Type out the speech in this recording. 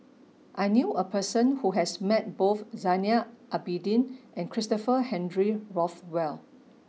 I knew a person who has met both Zainal Abidin and Christopher Henry Rothwell